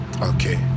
okay